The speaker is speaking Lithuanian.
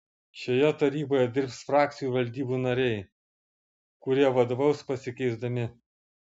šioje taryboje dirbs frakcijų valdybų nariai kurie vadovaus pasikeisdami